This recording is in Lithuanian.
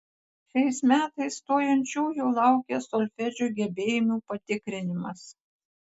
šiais metais stojančiųjų laukia solfedžio gebėjimų patikrinimas